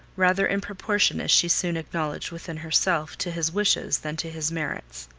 rather in proportion, as she soon acknowledged within herself to his wishes than to his merits.